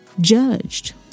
judged